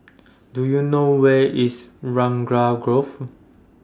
Do YOU know Where IS Raglan Grove